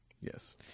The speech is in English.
Yes